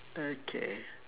okay